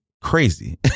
crazy